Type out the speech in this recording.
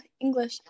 English